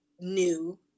new